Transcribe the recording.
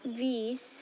वीस